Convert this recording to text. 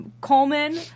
Coleman